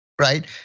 right